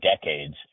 decades